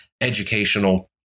educational